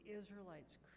Israelites